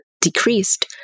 decreased